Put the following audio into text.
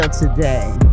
today